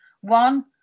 One